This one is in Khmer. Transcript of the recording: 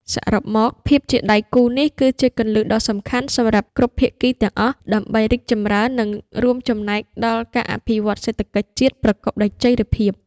សរុបមក ភាពជាដៃគូនេះគឺជាគន្លឹះដ៏សំខាន់សម្រាប់គ្រប់ភាគីទាំងអស់ដើម្បីរីកចម្រើននិងរួមចំណែកដល់ការអភិវឌ្ឍន៍សេដ្ឋកិច្ចជាតិប្រកបដោយចីរភាព។